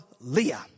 Leah